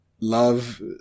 Love